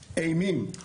אימים,